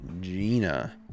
gina